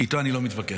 איתו אני לא מתווכח.